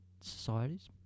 societies